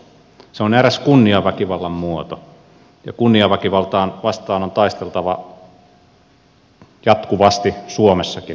se on eräs kunniaväkivallan muoto ja kunniaväkivaltaa vastaan on taisteltava jatkuvasti suomessakin